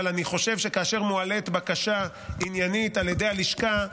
אבל אני חושב שכאשר מועלית בקשה עניינית על ידי הלשכה,